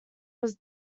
was